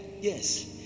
yes